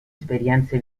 esperienze